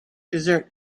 desert